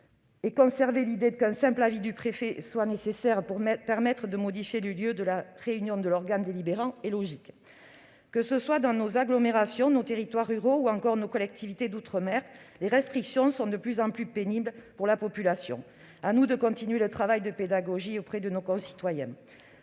de conserver l'idée selon laquelle un simple avis du préfet est nécessaire pour modifier le lieu de la réunion de l'organe délibérant. Que ce soit dans nos agglomérations, nos territoires ruraux ou encore nos collectivités d'outre-mer, les restrictions sont de plus en plus pénibles pour la population. À nous de continuer le travail de pédagogie auprès de nos concitoyens.